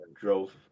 drove